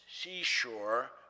seashore